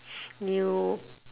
new